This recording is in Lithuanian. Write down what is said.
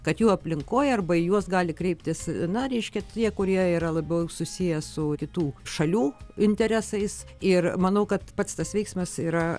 kad jų aplinkoje arba į juos gali kreiptis na reiškia tie kurie yra labiau susiję su kitų šalių interesais ir manau kad pats tas veiksmas yra